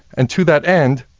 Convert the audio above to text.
and to that end,